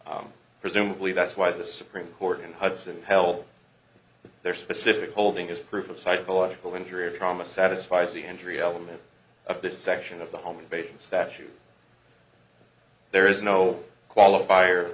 presumably that's why the supreme court in hudson held their specific holding is proof of psychological injury a promise satisfies the injury element of this section of the home invasion statute there is no qualifier